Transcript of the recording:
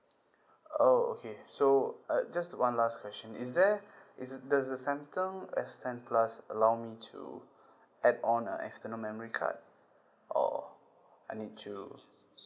oh okay so uh just one last question is there it's there's does the Samsung S ten plus allow me to add on a external memory card or I need to